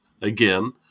again